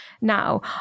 Now